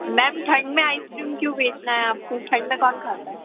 ma'am ठण्ड में ice cream क्यों बेचना है आपको ठण्ड में कौन खाता है